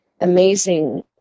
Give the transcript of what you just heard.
amazing